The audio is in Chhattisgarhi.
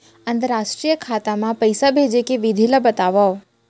अंतरराष्ट्रीय खाता मा पइसा भेजे के विधि ला बतावव?